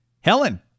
Helen